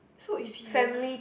so easy eh